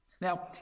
Now